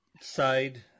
side